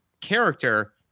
character